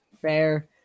fair